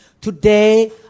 Today